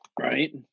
Right